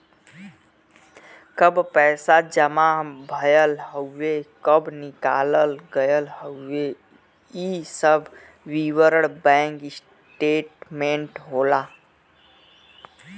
कब पैसा जमा भयल हउवे कब निकाल गयल हउवे इ सब विवरण बैंक स्टेटमेंट होला